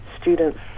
students